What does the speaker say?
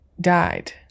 died